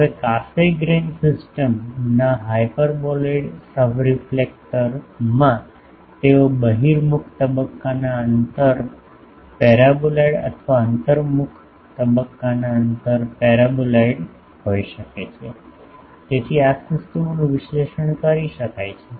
હવે કાસેગ્રેઇન સિસ્ટમના હાયપરબોલિઇડ સબરેલેક્ફેક્ટરમાં તેના બહિર્મુખ તબક્કાના અંતર પેરાબોલિઇડ અથવા અંતર્મુખ તબક્કાના અંતર પેરાબોલિઇડ હોઈ શકે છે તેથી આ સિસ્ટમોનું વિશ્લેષણ કરી શકાય છે